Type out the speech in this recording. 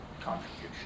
contribution